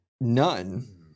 none